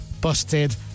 Busted